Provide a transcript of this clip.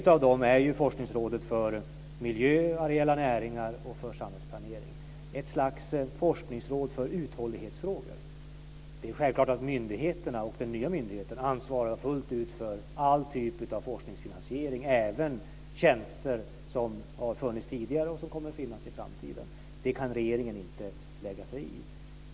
En av dem är forskningsrådet för miljö, areella näringar och för samhällsplanering - ett slags forskningsråd för uthållighetsfrågor. Det är självklart att myndigheterna och den nya myndigheten ansvarar fullt ut för all typ av forskningsfinansiering - även för tjänster som har funnits tidigare och som kommer att finnas i framtiden. Det kan regeringen inte lägga sig i.